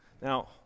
Now